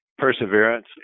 Perseverance